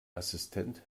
assistent